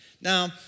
Now